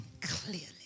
clearly